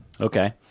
Okay